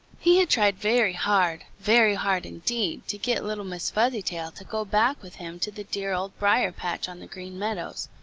he had tried very hard, very hard indeed, to get little miss fuzzytail to go back with him to the dear old briar-patch on the green meadows,